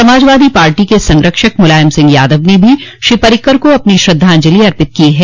Samajwadi party के संरक्षक मुलायम सिंह यादव ने भी श्री पर्रिकर को अपनी श्रद्धांजलि अर्पित की है